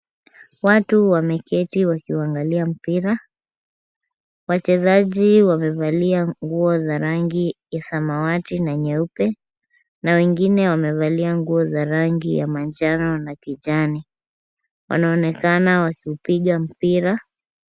Watu wameketi wakiuangalia mpira . Wachezaji wamevalia nguo za rangi ya samawati na nyeupe na wengine wamvalia nguo za rangi ya manjano na kijani. Wanaonekana wakiupiga mpira.